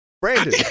Brandon